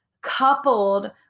coupled